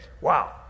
wow